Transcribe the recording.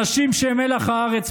אנשים שהם מלח הארץ,